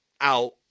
out